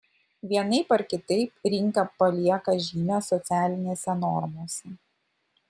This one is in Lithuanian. vienaip ar kitaip rinka palieka žymę socialinėse normose